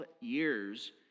years